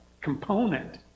component